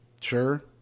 sure